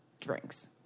drinks